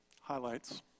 highlights